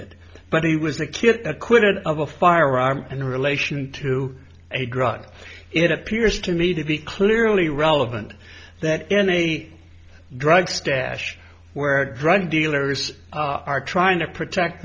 it but he was a kid acquitted of a firearm in relation to a drug it appears to me to be clearly relevant that any drug stash where drug dealers are trying to protect